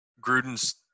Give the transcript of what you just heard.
Gruden's